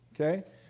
okay